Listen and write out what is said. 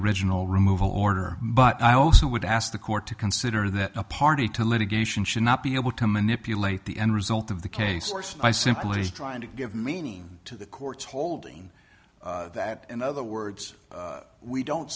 original removal order but i also would ask the court to consider that a party to litigation should not be able to manipulate the end result of the case source by simply trying to give meaning to the court's holding that in other words we don't